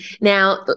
Now